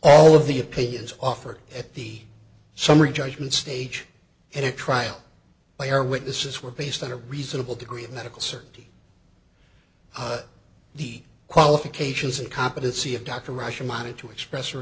all of the opinions offered at the summary judgment stage and a trial by our witnesses were based on a reasonable degree of medical certainty the qualifications and competency of dr russian mining to express our